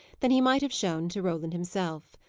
than he might have shown to roland himself.